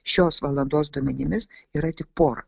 šios valandos duomenimis yra tik pora